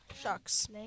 Shucks